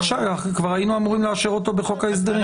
כבר היינו אמורים לאשר אותו בחוק ההסדרים.